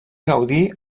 gaudí